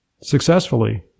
successfully